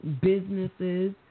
businesses